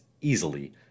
easily